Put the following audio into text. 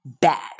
bad